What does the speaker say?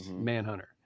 manhunter